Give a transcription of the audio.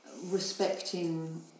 respecting